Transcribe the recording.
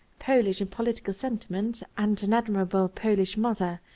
polish in political sentiments, and an admirable polish mother,